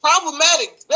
problematic